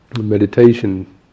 meditation